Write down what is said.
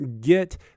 get